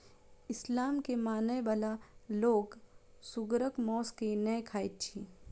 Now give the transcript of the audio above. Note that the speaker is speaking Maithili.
इस्लाम के मानय बला लोक सुगरक मौस नै खाइत अछि